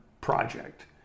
project